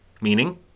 meaning